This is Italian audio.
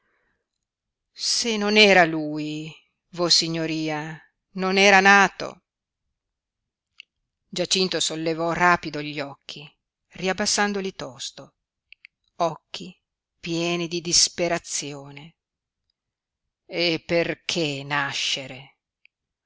se non era lui vossignoria non era nato giacinto sollevò rapido gli occhi riabbassandoli tosto occhi pieni di disperazione e perché nascere